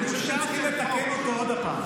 אני חושב שאתם צריכים לתקן אותו עוד פעם.